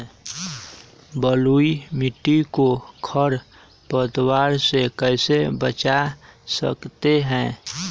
बलुई मिट्टी को खर पतवार से कैसे बच्चा सकते हैँ?